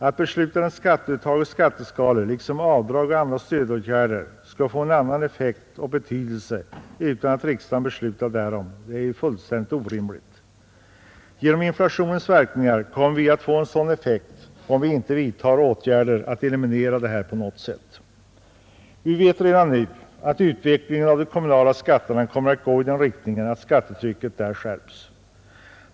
Att beslutade skatteuttag och skatteskalor liksom avdrag och andra stödåtgärder skall få en annan effekt och betydelse utan att riksdagen beslutar därom är fullständigt orimligt. Genom inflationens verkningar kommer vi att få en sådan effekt, om vi inte på något sätt vidtar åtgärder för att eliminera detta. Vi vet redan nu att utvecklingen av de kommunala skatterna kommer att gå i den riktningen att skattetrycket där skärps.